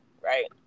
Right